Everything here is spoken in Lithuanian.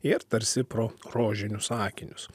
ir tarsi pro rožinius akinius